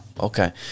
Okay